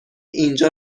اینجا